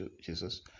Jesus